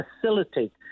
facilitate